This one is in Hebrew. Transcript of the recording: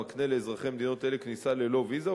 המקנה למדינות אלה כניסה ללא ויזה,